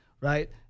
right